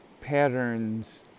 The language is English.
patterns